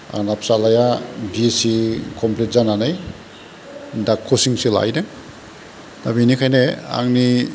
आंना फिसालाया BSc complete जानानै दा कचिंसो लाहैदों दा बिनिखायनो आंनि